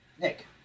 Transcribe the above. Nick